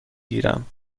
گیرم